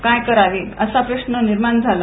काय करावे असा प्रश्न निर्माण झाला